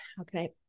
okay